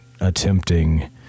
Attempting